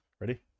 ready